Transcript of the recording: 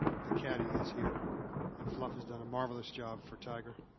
the caddy is here and fluff has done a marvelous job for tiger.